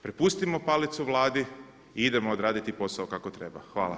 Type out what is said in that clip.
Prepustimo palicu Vladi i idemo odraditi posao kako treba.